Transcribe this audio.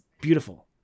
beautiful